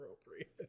appropriate